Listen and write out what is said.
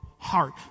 heart